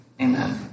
Amen